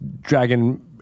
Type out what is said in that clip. Dragon